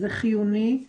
זה חיוני.